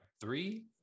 Three